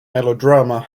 melodrama